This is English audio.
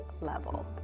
level